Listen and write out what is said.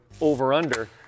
over-under